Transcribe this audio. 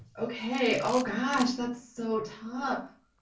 okay, oh gosh that's so tough!